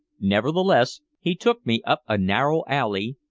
nevertheless, he took me up a narrow alley,